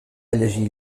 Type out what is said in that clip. llegir